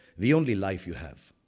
the only life you have